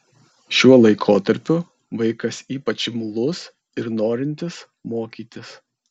šiuo laikotarpiu vaikas ypač imlus ir norintis mokytis